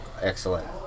Excellent